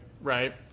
right